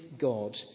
God